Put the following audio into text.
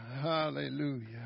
hallelujah